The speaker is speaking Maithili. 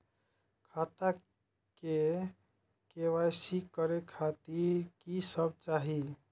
खाता के के.वाई.सी करे खातिर की सब चाही?